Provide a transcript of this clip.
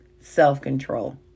self-control